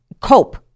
cope